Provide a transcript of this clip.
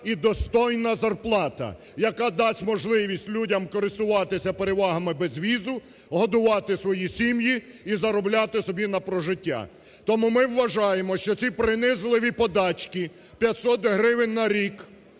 і достойна зарплата, яка дасть можливість людям користуватися перевагами безвізу, годувати свої сім'ї і заробляти собі на прожиття. Тому ми вважаємо, що ці принизливі подачки – 500 гривень на рік,